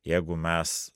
jeigu mes